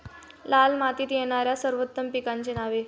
लाल मातीत येणाऱ्या सर्वोत्तम पिकांची नावे?